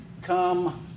come